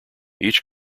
each